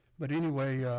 but anyway,